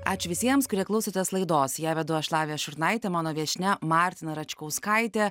ačiū visiems kurie klausotės laidos ją vedu aš lavija šurnaitė mano viešnia martina račkauskaitė